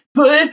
put